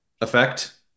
effect